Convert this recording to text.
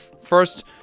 First